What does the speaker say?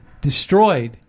destroyed